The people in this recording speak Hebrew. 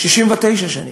69 שנים.